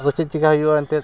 ᱟᱫᱚ ᱪᱮᱫ ᱪᱤᱠᱟᱹᱭ ᱦᱩᱭᱩᱜᱼᱟ ᱮᱱᱛᱮᱫ